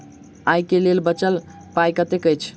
आइ केँ लेल बचल पाय कतेक अछि?